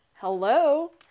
Hello